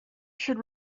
should